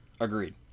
Agreed